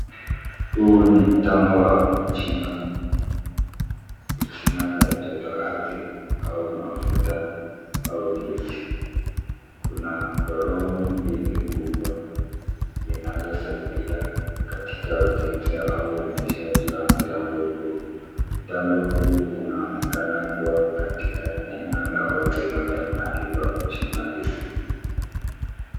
Huu ni mtambo wa kuchimba visima vya jotoardhi au mafuta au gesi. Kuna korongo mbili kubwa zinazosaidia katika ujenzi au uendeshaji wa mtambo huu. Mtambo huu unaonekana kuwa katika eneo la wazi labda mahali pa kuchimba visima.